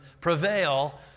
prevail